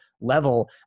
level